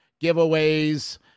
giveaways